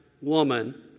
woman